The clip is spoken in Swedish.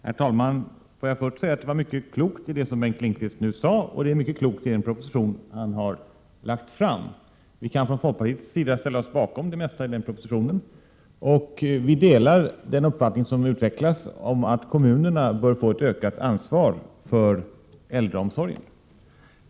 Herr talman! Låt mig först säga att det var mycket klokt i det som Bengt Lindqvist nu sade, och det är mycket klokt i den proposition han har lagt fram. Vi kan från folkpartiets sida ställa oss bakom det mesta i den propositionen, och vi delar den uppfattning som utvecklas om att kommunerna bör få ett ökat ansvar för äldreomsorgen.